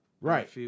right